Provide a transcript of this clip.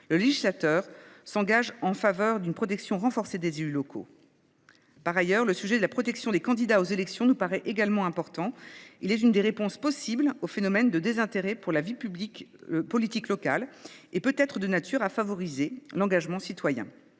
le législateur s’engage en faveur d’une protection renforcée des élus locaux. Par ailleurs, le sujet de la protection des candidats aux élections nous paraît également important. Cette protection est l’une des réponses possibles au phénomène de désintérêt pour la vie politique locale et peut être de nature à favoriser l’engagement citoyen.